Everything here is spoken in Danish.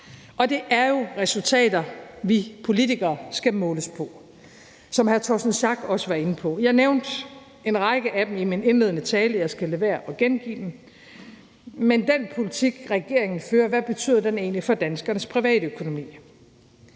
Det er jo resultater, vi politikere skal måles på, som hr. Torsten Schack Pedersen også var inde på. Jeg nævnte en række af dem i min indledende tale, og jeg skal lade være med at gengive dem, men hvad betyder den politik, regeringen fører, egentlig for danskernes privatøkonomi?